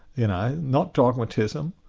you know. not dogmatism,